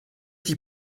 die